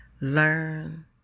learn